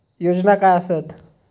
योजना काय आसत?